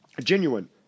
genuine